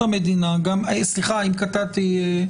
סליחה אם קטעתי אותך.